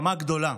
"נשמה גדולה".